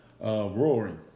Roaring